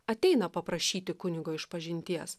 ateina paprašyti kunigo išpažinties